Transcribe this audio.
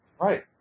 right